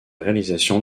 réalisations